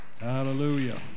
Hallelujah